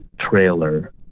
trailer